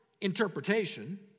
interpretation